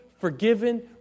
forgiven